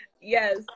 Yes